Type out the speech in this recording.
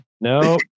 No